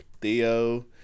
Theo